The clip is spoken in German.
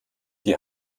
die